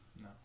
No